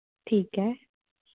ਠੀਕ ਹੈ